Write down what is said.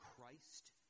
Christ